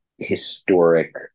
Historic